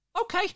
Okay